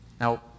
Now